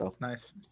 Nice